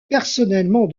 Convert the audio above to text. personnellement